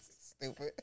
Stupid